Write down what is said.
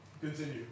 Continue